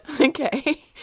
Okay